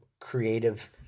creative